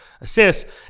assists